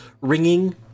ringing